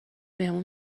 بهمون